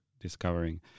discovering